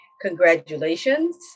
congratulations